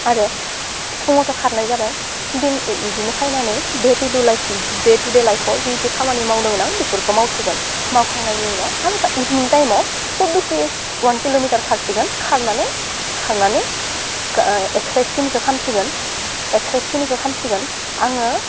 आरो फुङावथ' खारनाय जाबाय दिन बिदिनो फैनानै दे टु दे लाइफआव जि जि खामानि मावनो गोनां बेफोरखौ मावसिगोन मावखांनायनि उनाव आरोबा इभिनिं टाइमआव खुब बिसि अवान किल'मिटार खारसिगोन खारनानै खारनानै एक्सारसाइस खिनिखौ खामसिगोन एक्सारसाइस खिनिखौ खामसिगोन आङो